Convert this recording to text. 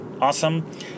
awesome